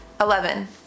eleven